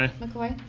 mccoy?